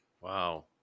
Wow